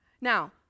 Now